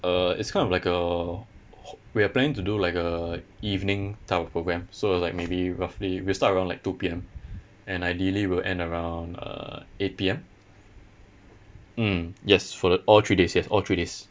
uh it's kind of like a h~ we are planning to do like a evening type of program so like maybe roughly we'll start around like two P_M and ideally we'll end around uh eight P_M mm yes for the all three days yes all three days